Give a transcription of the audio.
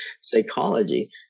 psychology